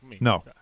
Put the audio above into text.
No